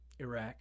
Iraq